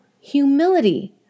humility